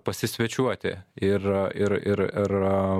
pasisvečiuoti ir ir ir ir